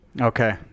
Okay